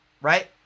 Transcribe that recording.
Right